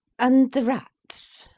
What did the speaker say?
and the rats.